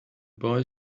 boy